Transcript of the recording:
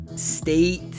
state